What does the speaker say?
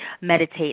meditate